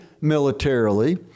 militarily